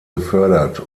gefördert